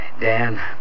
Dan